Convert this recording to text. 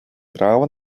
právo